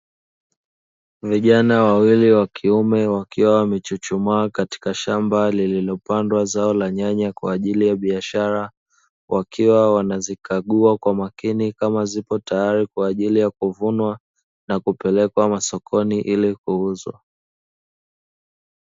Vijana wawili wa kiume wakiwa wamechuchumaa katika shamba lililopandwa zao la nyanya kwa ajili ya biashara, wakiwa wanazikagua kwa makini kama ziko tayari kwa ajili ya kuvunwa na kupelekwa masokoni ili kuuzwa.